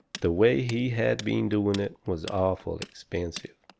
the way he had been doing it, was awful expensive,